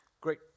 Great